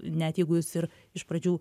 net jeigu jis ir iš pradžių